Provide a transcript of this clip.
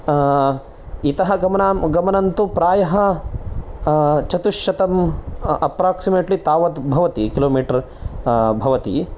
इतः गमानं गमनं तु प्रायः चतुःशतं अप्राक्सिमेट्ली तावत् भवति किलो मीटर् भवति